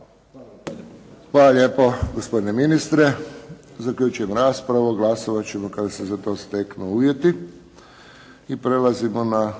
Hvala lijepo gospodine ministre. Zaključujem raspravu. Glasovat ćemo kada se za to steknu uvjeti i prelazimo na